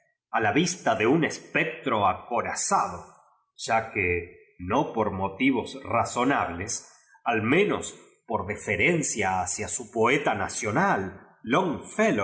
a ja vista de un espectro acorazado va que no por motivos razonables al menos por deferencia hacia su poeta nacional